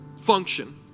function